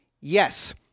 yes